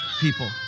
people